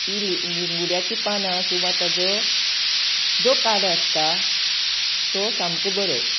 ही लिंगुड्याची पानां किंवा ताजो जो काडो आसता तो सामको बरो